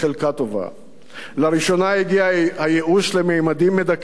לראשונה הגיע הייאוש לממדים מדכאים כל כך שיש